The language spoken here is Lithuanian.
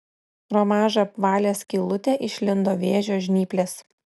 pro mažą apvalią skylutę išlindo vėžio žnyplės